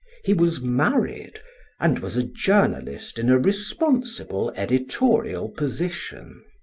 he was married and was a journalist in a responsible editorial position.